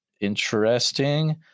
Interesting